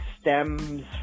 stems